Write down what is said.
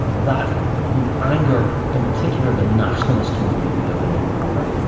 that would anger in particular the nationalist community who live along the border.